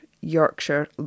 Yorkshire